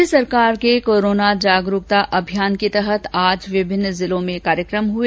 राज्य सरकार के जागरूकता अभियान के तहत आज विभिन्न जिलों में कार्यक्रम हुए